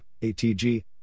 ATG